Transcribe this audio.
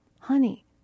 honey